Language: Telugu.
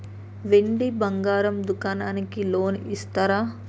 వెండి బంగారం దుకాణానికి లోన్ ఇస్తారా?